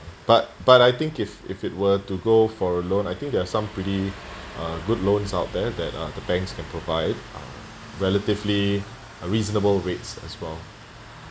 but but I think if if it were to go for a loan I think there are some pretty uh good loans out there that uh the banks can provide uh relatively reasonable rates as well